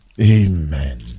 Amen